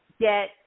get